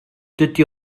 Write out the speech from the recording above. dydy